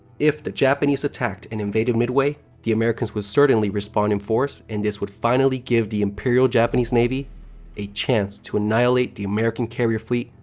if the japanese attacked and invaded midway, the americans would certainly respond in force and this would finally give the imperial japanese navy a chance to annihilate the american carrier fleet,